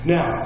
Now